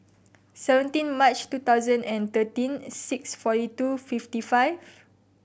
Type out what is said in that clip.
seventeen March two thousand and thirteen six forty two fifty five